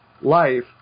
life